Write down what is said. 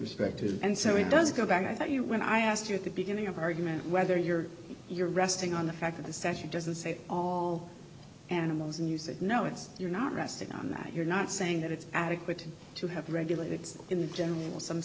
respect and so it does go back i thought you when i asked you at the beginning of argument whether you're you're resting on the fact that the session doesn't say all animals and you said no it's you're not resting on that you're not saying that it's adequate to have regulated in the general some